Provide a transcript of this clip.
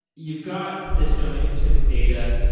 you've got this domain-specific data.